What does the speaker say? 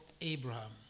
Abraham